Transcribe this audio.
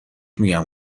میگم